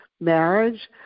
marriage